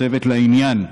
צוות לעניין,